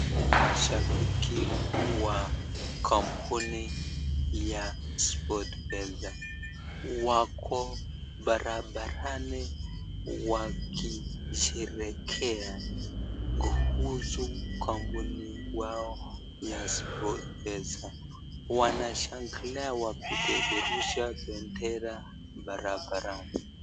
Ni mashabiki wa kambuni ya SportPesa wako barabarani wakisherehekea kuhusu kambuni yao ya SportPesa, wanashangilia wakipeperusha pendera barabarani.